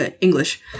English